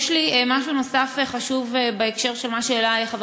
יש לי משהו נוסף וחשוב בהקשר של מה שהעלה חבר